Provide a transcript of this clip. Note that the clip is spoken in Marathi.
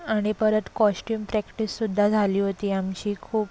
आणि परत कॉश्ट्युम प्रॅक्टिस सुद्धा झाली होती आमची खूप